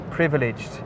Privileged